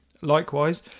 Likewise